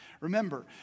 Remember